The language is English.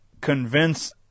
convince